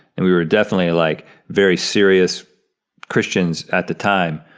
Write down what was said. and we were definitely like very serious christians at the time,